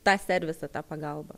tą servisą tą pagalbą